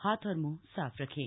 हाथ और मूंह साफ रखें